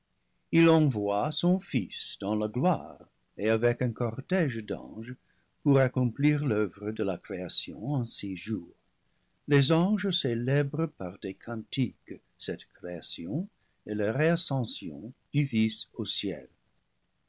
il envoie son fils dans la gloire et avec un cortége d'anges pour accomplir l'oeuvre de la création en six jours les anges célèbrent par des cantiques cette création et la réascension du fils au ciel